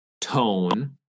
tone